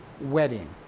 wedding